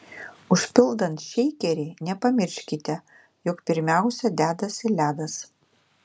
užpildant šeikerį nepamirškite jog pirmiausia dedasi ledas